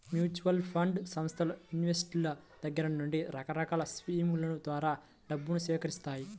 mutual fund సంస్థలు ఇన్వెస్టర్ల దగ్గర నుండి రకరకాల స్కీముల ద్వారా డబ్బును సేకరిత్తాయి